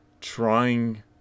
trying